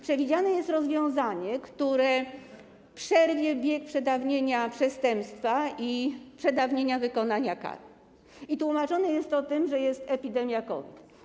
Przewidziane jest rozwiązanie, które przerwie bieg przedawnienia przestępstwa i przedawnienia wykonania kary, i tłumaczone jest to tym, że jest epidemia COVID.